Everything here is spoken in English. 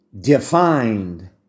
defined